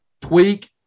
Tweak